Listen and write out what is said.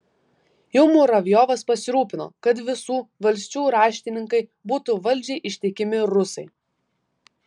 jau muravjovas pasirūpino kad visų valsčių raštininkai būtų valdžiai ištikimi rusai